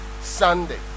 Sunday